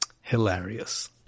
hilarious